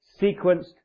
sequenced